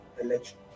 election